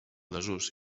desús